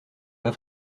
pas